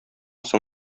соң